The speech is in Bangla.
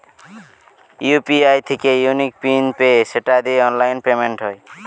ইউ.পি.আই থিকে ইউনিক পিন পেয়ে সেটা দিয়ে অনলাইন পেমেন্ট হয়